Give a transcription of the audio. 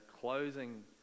closing